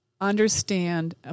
understand